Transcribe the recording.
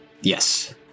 Yes